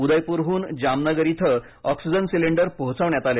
उदयपुरहून जामनगर इथं oxygen cylinder पोहोचवण्यात आले